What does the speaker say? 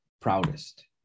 proudest